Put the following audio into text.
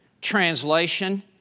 translation